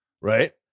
right